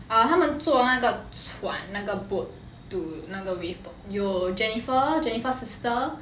err 他们坐那个船那个 boat to 那个 wave park 有 jennifer jennifer sister